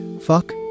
Fuck